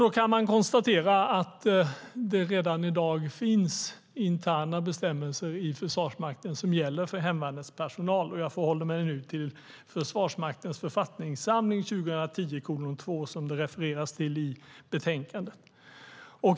Man kan då konstatera att det redan i dag finns interna bestämmelser i Försvarsmakten som gäller för hemvärnets personal, och jag förhåller mig nu till Försvarsmaktens författningssamling 2010:2, som det refereras till i betänkandet.